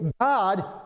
God